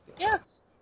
yes